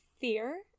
fear